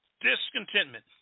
discontentment